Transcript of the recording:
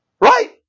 Right